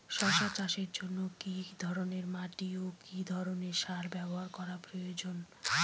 শশা চাষের জন্য কি ধরণের মাটি ও কি ধরণের সার ব্যাবহার করা প্রয়োজন?